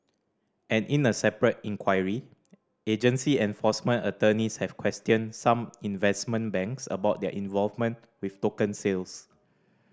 and in a separate inquiry agency enforcement attorneys have questioned some investment banks about their involvement with token sales